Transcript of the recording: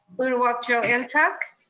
uduak-joe and ntuk.